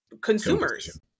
consumers